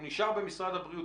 הוא נשאר במשרד הבריאות,